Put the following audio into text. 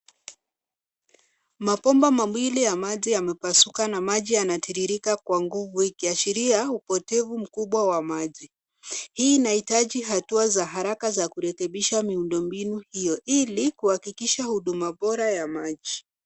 Mabomba mawili ya maji yamepasuka na maji yanatiririka kwa nguvu ikiashiria upotevu mkubwa wa maji. Hii inahitaji hatua za haraka za kurekebisha miundo mbinu hio, ili kuhakikisha huduma bora ya maji.